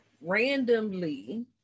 randomly